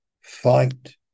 fight